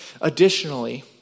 Additionally